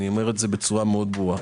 אני אומר זאת בצורה מאוד ברורה.